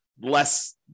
less